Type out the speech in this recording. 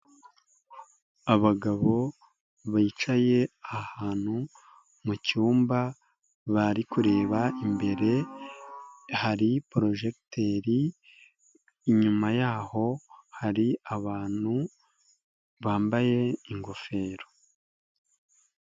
Abagabo bicaye ahantu mu cyumba, bari kureba imbere, hari projecter, inyuma yaho hari abantu bambaye ingofero.